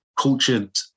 cultured